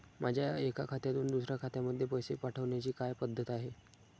माझ्या एका खात्यातून दुसऱ्या खात्यामध्ये पैसे पाठवण्याची काय पद्धत आहे?